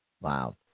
Wow